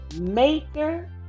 maker